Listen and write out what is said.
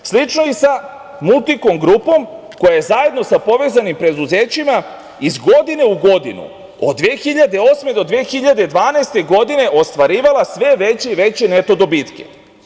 Slično je i sa „Multikom grupom“ koja je zajedno sa povezanim preduzećima iz godine u godinu, od 2008. do 2012. godine ostvarivala sve veće i veće neto dobitke.